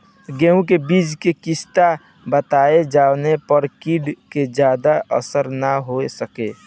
गेहूं के बीज के किस्म बताई जवना पर कीड़ा के ज्यादा असर न हो सके?